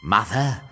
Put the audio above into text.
Mother